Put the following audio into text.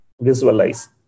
visualize